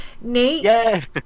Nate